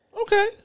Okay